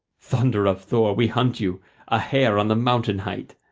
thunder of thor, we hunt you a hare on the mountain height.